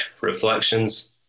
reflections